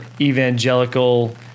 evangelical